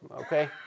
okay